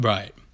Right